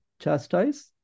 chastise